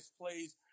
plays